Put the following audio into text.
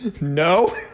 No